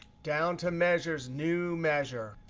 down to measures, new measure.